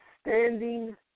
Standing